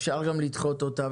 אפשר גם לדחות אותה,